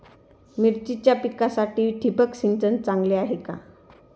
मिरचीच्या पिकासाठी ठिबक सिंचन चांगले आहे का?